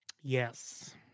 Yes